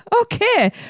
Okay